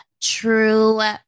true